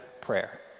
prayer